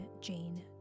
Jane